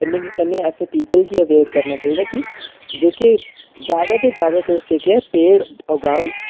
कन्नै असें प्यूपल गी अवेय करना चाहिदा कि जेह्के ज्यादा तो ज्यादा तुस पेड़ उगाओ